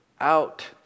out